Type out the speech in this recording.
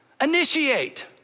initiate